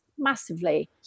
massively